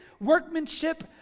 workmanship